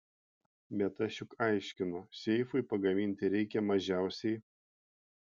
bet aš juk aiškinu seifui pagaminti reikia mažiausiai